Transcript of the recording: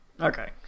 Okay